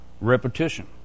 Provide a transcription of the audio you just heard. repetition